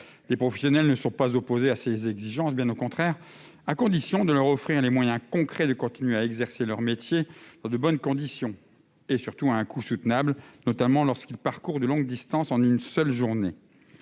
Les professionnels ne sont pas opposés à ces exigences, bien au contraire, à condition qu'on leur donne les moyens concrets de continuer à exercer leur métier dans de bonnes conditions et surtout à un coût soutenable, notamment lorsqu'ils parcourent de longues distances en une seule journée.